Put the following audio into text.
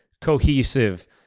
cohesive